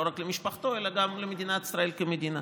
לא רק למשפחתו אלא גם למדינת ישראל כמדינה,